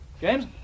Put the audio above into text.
James